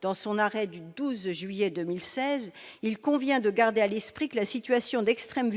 dans son arrêt du 12 juillet 2016, « il convient de garder à l'esprit que la situation d'extrême